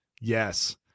Yes